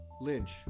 Lynch